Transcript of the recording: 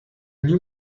new